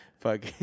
fuck